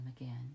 again